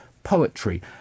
poetry